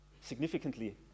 significantly